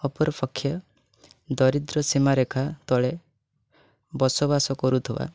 ଅପର ପକ୍ଷେ ଦରିଦ୍ର ସୀମାରେଖା ତଳେ ବସବାସ କରୁଥିବା